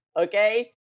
Okay